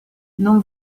non